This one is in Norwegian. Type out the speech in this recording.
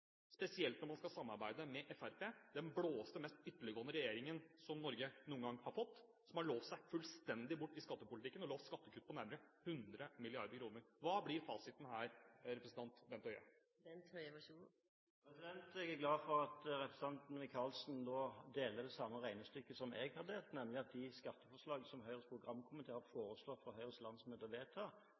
spesielt når man skal samarbeide med Fremskrittspartiet – i den blåeste og mest ytterliggående regjeringen som Norge noen gang har hatt – som har lovet seg fullstendig bort i skattepolitikken og lovet skattekutt på nærmere 100 mrd. kr? Hva blir fasiten her, Bent Høie? Jeg er glad for at representanten Micaelsen deler det samme regnestykket som jeg, nemlig at de skatteforslag som Høyres programkomité har foreslått for Høyres landsmøte å vedta,